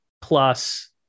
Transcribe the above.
plus